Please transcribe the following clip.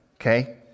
okay